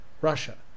Russia